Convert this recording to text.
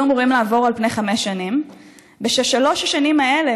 היו אמורים לעבור על פני חמש שנים בשלוש השנים האלה,